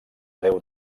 déu